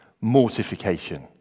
mortification